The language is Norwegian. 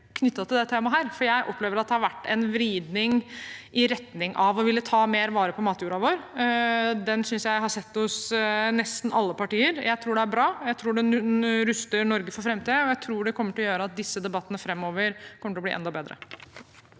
jeg opplever at det har vært en vridning i retning av å ville ta mer vare på matjorda vår. Den synes jeg å ha sett hos nesten alle partier. Jeg tror det er bra. Jeg tror det ruster Norge for framtiden, og jeg tror det kommer til å gjøre at disse debattene framover kommer til å bli enda bedre.